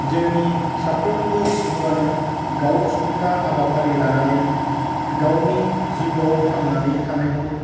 जोंनि साफ्रोमबो सुबुङानो गावसुंथा हाबाफारि लानानै गावनि जिउआव थांनानै थानायखौ